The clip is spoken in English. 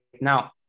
now